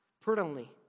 prudently